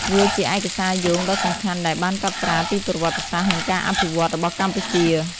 វាជាឯកសារយោងដ៏សំខាន់ដែលបានកត់ត្រាពីប្រវត្តិសាស្ត្រ និងការអភិវឌ្ឍន៍របស់កម្ពុជា។